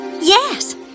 Yes